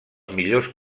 millors